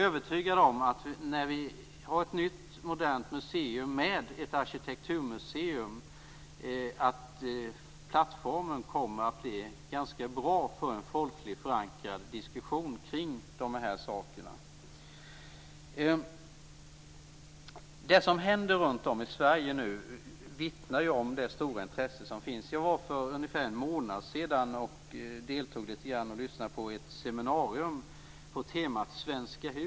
När vi har ett nytt modernt museum med ett arkitekturmuseum kommer, det är jag övertygad om, det att bli en ganska bra plattform för en folkligt förankrad diskussion om de här sakerna. Det som nu händer runt om i Sverige vittnar om ett stort intresse för sådana här frågor. För ungefär en månad sedan deltog jag litet grand i och lyssnade på ett seminarium på temat Svenska hus.